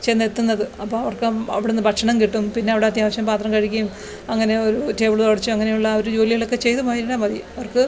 ചെന്നെത്തുന്നത് അപ്പോൾ അവര്ക്ക് അവിടുന്ന് ഭക്ഷണം കിട്ടും പിന്നെ അവിടെ അത്യാവശ്യം പാത്രം കഴുകിയും അങ്ങനെ ഒരു ടേബിള് തുടച്ചും അങ്ങനെയുള്ള ആ ഒരു ജോലികളെക്കെ ചെയ്ത് പോയാൽ മതി അവര്ക്ക്